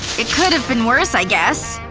it could've been worse, i guess.